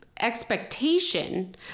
expectation